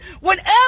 whenever